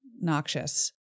noxious